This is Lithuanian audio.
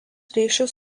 ryšius